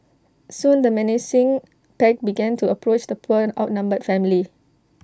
soon the menacing pack began to approach the poor outnumbered family